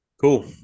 cool